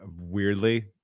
weirdly